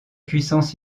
puissance